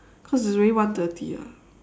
cause it's already one thirty ah